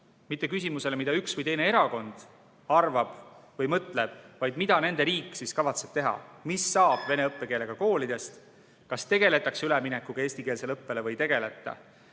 mitte küsimusele, mida üks või teine erakond arvab või mõtleb, vaid mida nende riik kavatseb teha. Mis saab vene õppekeelega koolidest? Kas tegeldakse üleminekuga eestikeelsele õppele või ei tegeleta?